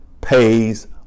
pays